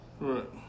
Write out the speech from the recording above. Right